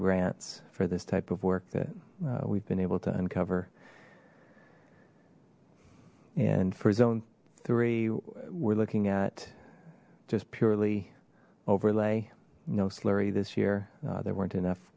grants for this type of work that we've been able to uncover and for zone three we're looking at just purely overlay no slurry this year there weren't enough